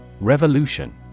Revolution